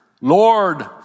Lord